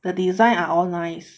the design are all nice